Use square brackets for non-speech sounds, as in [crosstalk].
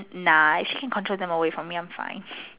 nah if she can control them away from me I'm fine [noise]